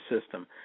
system